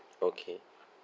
okay